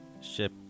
ship